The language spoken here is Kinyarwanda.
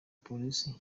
polisi